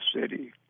city